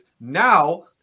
Now